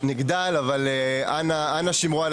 הסתייגויות ואני חושבת שהן גם